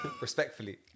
respectfully